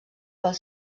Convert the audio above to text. pel